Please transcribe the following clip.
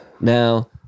Now